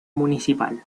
municipal